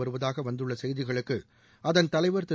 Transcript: வருவதாக வந்துள்ள செய்திகளுக்கு அதன் தலைவர் திரு